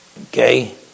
okay